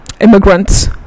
immigrants